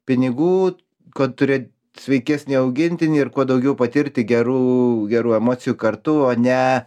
pinigų kad turėt sveikesnį augintinį ir kuo daugiau patirti gerų gerų emocijų kartu o ne